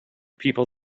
people